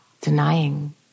denying